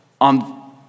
on